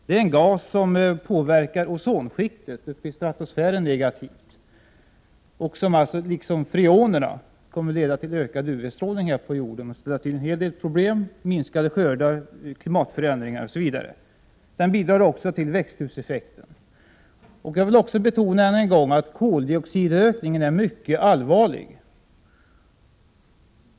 Det är en gas som negativt påverkar ozonskiktet uppe i stratosfären. Liksom freonerna kommer gasen alltså att leda till en ökning av UV-strålningen här på jorden och därmed ställa till problem: en minskning av skördarna, klimatförändringar m.m. Det bidrar också till att öka växthuseffekten. Jag vill också än en gång betona att koldioxidökningen är mycket allvarlig.